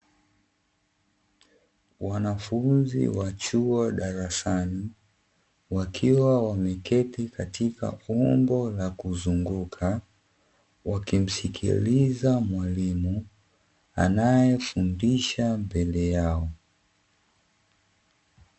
Wanafunzi wa chuo darasani wakiwa wameketi katika umbo la kuzunguka, wakimsikiliza mwalimu anayefundisha mbele yao.